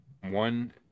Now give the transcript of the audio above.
one